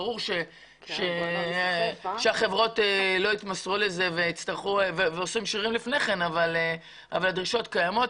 ברור שהחברות לא התמסרו לזה ועושים שרירים לפניי כן אבל הדרישות קיימות.